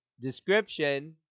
description